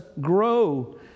grow